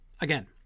Again